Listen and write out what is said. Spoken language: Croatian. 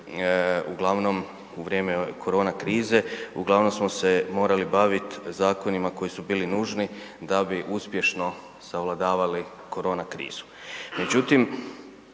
uglavnom u vrijeme korona krize uglavnom smo se morali baviti zakonima koji su bili nužni da bi uspješno savladavali korona krizu.